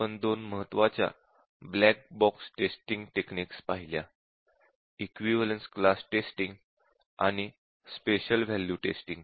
आपण दोन महत्त्वाच्या ब्लॅक बॉक्स टेस्टिंग टेक्निक्स पाहिल्या इक्विवलेन्स क्लास टेस्टिंग आणि स्पेशल वॅल्यू टेस्टिंग